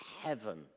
heaven